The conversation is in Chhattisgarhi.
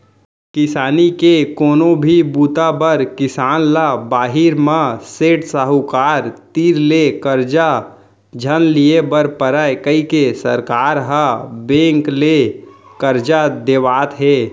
किसानी के कोनो भी बूता बर किसान ल बाहिर म सेठ, साहूकार तीर ले करजा झन लिये बर परय कइके सरकार ह बेंक ले करजा देवात हे